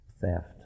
theft